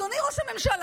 אדוני ראש הממשלה: